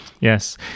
Yes